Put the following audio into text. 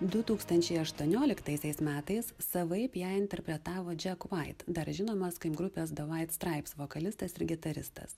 du tūkstančiai aštuonioliktaisiais metais savaip ją interpretavo jack white dar žinomas kaip grupės the white stripes vokalistas ir gitaristas